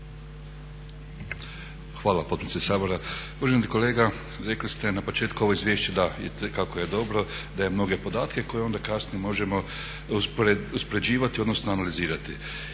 Hvala potpredsjednice Sabora. Uvaženi kolega, rekli ste na početku ovo izvješće da itekako je dobro daje mnoge podatke koje onda kasnije možemo uspoređivati, odnosno analizirati.